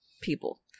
people